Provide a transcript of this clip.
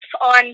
on